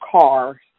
car